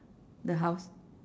the house